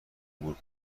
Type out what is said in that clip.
عبور